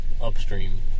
upstream